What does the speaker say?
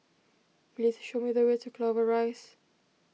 please show me the way to Clover Rise